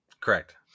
Correct